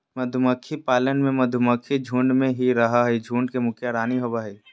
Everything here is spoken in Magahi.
मधुमक्खी पालन में मधुमक्खी झुंड में ही रहअ हई, झुंड के मुखिया रानी होवअ हई